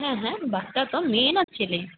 হ্যাঁ হ্যাঁ বাচ্চা তো মেয়ে না ছেলে